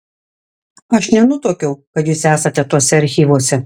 aš nenutuokiau kad jūs esate tuose archyvuose